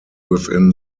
within